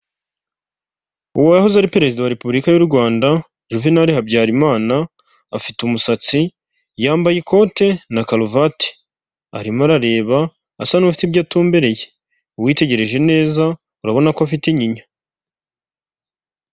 Uwahoze ari perezida wa Repubulika y'u Rwanda Juvenal Habyarimana, afite umusatsi, yambaye ikote na karuvati, arimo arareba asa n'ufite ibyo atumbereye, witegereje neza urabona ko afite inyinya.